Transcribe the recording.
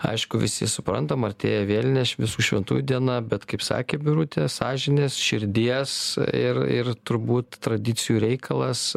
aišku visi suprantam artėja vėlinės visų šventųjų diena bet kaip sakė birutė sąžinės širdies ir ir turbūt tradicijų reikalas